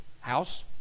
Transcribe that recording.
house